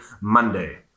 Monday